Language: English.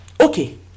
Okay